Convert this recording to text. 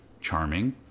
charming